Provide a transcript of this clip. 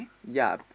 ya